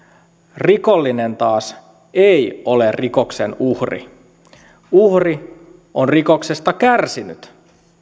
rikollinen taas ei ole rikoksen uhri uhri on rikoksesta kärsinyt